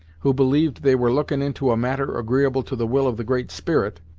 who believed they were lookin' into a matter agreeable to the will of the great spirit,